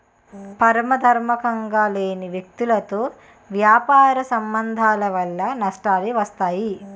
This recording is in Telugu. పారదర్శకంగా లేని వ్యక్తులతో వ్యాపార సంబంధాల వలన నష్టాలే వస్తాయి